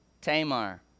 Tamar